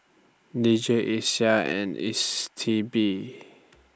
D J Isa and S T B